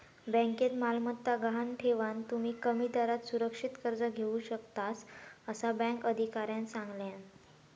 बँकेत मालमत्ता गहाण ठेवान, तुम्ही कमी दरात सुरक्षित कर्ज घेऊ शकतास, असा बँक अधिकाऱ्यानं सांगल्यान